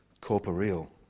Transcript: corporeal